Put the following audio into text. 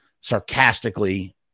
sarcastically